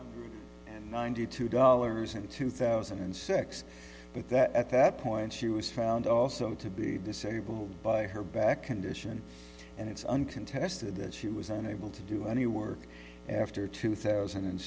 what ninety two dollars in two thousand and six but that at that point she was found also to be disabled by her back condition and it's uncontested that she was unable to do any work after two thousand and